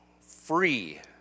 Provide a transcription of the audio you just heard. free